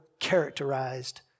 characterized